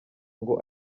ngo